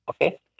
Okay